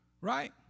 right